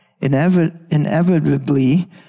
Inevitably